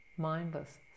Mindless